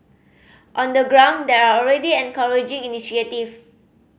on the ground there are already encouraging initiative